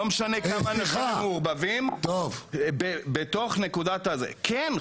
לא משנה כמה אנחנו מעורבבים בתוך נקודת ה כן,